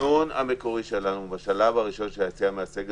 התכנון המקורי היה שבשלב הראשון של היציאה מהסגר